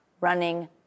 running